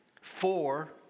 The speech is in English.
Four